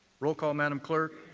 roll call, madam clerk.